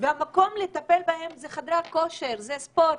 והמקום לטפל בהם זה בחדרי הכושר והספורט,